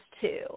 two